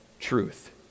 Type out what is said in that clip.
truth